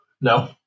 No